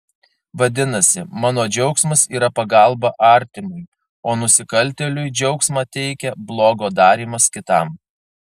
vadinasi mano džiaugsmas yra pagalba artimui o nusikaltėliui džiaugsmą teikia blogo darymas kitam